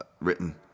written